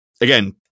Again